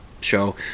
show